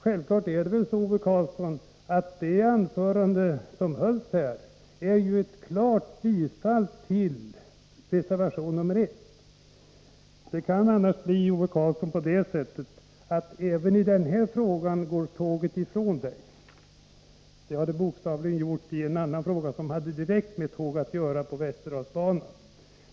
Det anförande som hölls här innebär, Ove Karlsson, ett självklart biträdande av reservation nr 1. Det kan annars bli så, att även i den här frågan går tåget ifrån Ove Karlsson. Det har det bokstavligen gjort i en annan fråga som hade direkt med tåg att göra — på Västerdalsbanan.